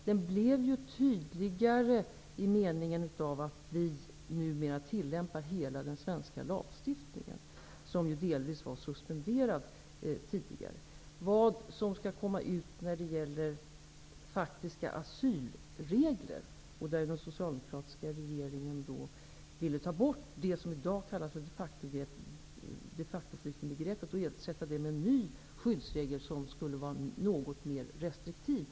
Den har blivit tydligare så till vida att vi numera tillämpar hela den svenska lagstiftningen, som tidigare delvis var suspenderad. Den socialdemokratiska regeringen ville ta bort begreppet de facto-flykting och införa en ny skyddsregel som skulle vara något mera restriktiv.